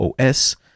OS